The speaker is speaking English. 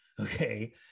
Okay